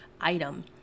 item